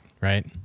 right